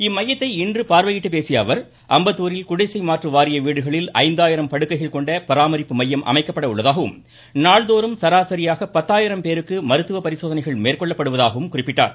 இம்மையத்தை இன்று பார்வையிட்டு பேசிய அவர் அம்பத்தூரில் குடிசை மாற்று வாரிய வீடுகளில் ஐந்தாயிரம் படுக்கைகள் கொண்ட பராமரிப்பு மையம் அமைக்கப்பட உள்ளதாகவும் நாள்தோறும் சராசரியாக பத்தாயிரம் பேருக்கு மருத்துவ பரிசோதனைகள் மேற்கொள்ளப்படுவதாகவும் குறிப்பிட்டார்